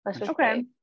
Okay